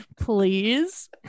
Please